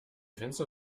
fenster